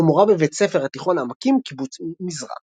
ומורה בבית ספר התיכון "עמקים", קיבוץ מזרע.